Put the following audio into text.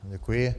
Děkuji.